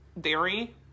dairy